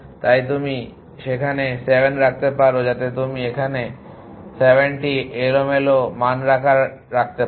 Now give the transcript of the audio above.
তাই তুমি সেখানে 7 রাখতে পারো যাতে তুমি এখানে 7টি এলোমেলো মান রাখতে পারো